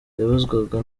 yabazwaga